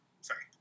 Sorry